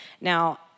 Now